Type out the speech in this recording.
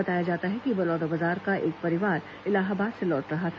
बताया जाता है कि बलौदाबाजार का एक परिवार इलाहाबाद से लौट रहा था